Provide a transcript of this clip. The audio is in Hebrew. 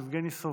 יבגני סובה,